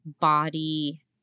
body